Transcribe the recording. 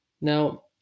Now